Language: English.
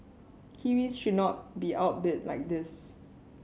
kiwis should not be outbid like this